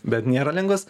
bet nėra lengvas